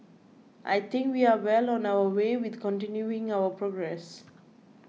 I think we are well on our way with continuing our progress